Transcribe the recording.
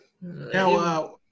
now